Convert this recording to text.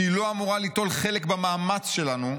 שהיא לא אמורה ליטול חלק במאמץ שלנו,